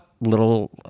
little